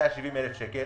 אדם הפקיד 170,000 שקל